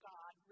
God